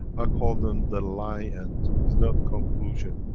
i call them the lie end is not conclusion.